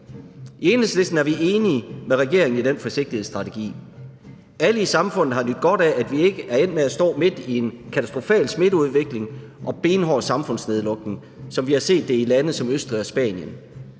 I Enhedslisten er vi enige med regeringen i den forsigtighedsstrategi. Alle i samfundet har nydt godt af, at vi ikke er endt med at stå midt i en katastrofal smitteudvikling og benhård samfundsnedlukning, som vi har set det i lande som Østrig og Spanien.